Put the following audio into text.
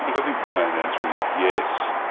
but i think plain answer is yes,